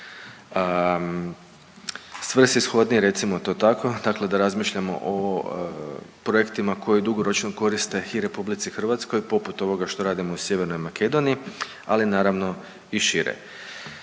svrsishodni recimo to tako, dakle da razmišljamo o projektima koji dugoročno koriste i RH poput ovoga što radimo u Sjevernoj Makedoniji ali naravno i šire.